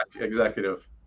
executive